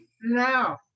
No